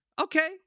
Okay